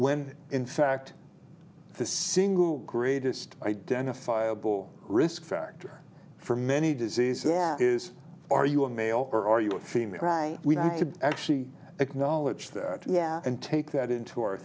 when in fact the single greatest identifiable risk factor for many diseases is are you a male or are you a female we could actually acknowledge there and take that into our